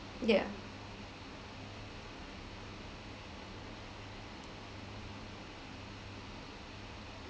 yeah